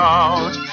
out